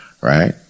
right